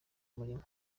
umurimo